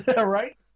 right